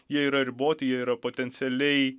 jie yra riboti jie yra potencialiai